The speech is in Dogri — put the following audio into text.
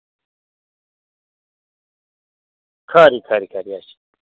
खरी खरी अच्छा